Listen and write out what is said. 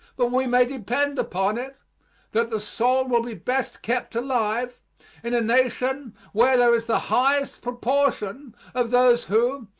but we may depend upon it that the soul will be best kept alive in a nation where there is the highest proportion of those who,